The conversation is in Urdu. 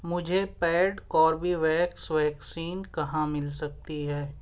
مجھے پیڈ کوربیویکس ویکسین کہاں مل سکتی ہے